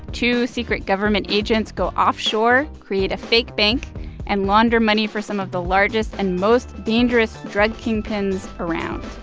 two secret government agents go offshore, create a fake bank and launder money for some of the largest and most dangerous drug kingpins around